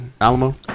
Alamo